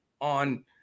on